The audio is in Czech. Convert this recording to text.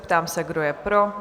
Ptám se, kdo je pro?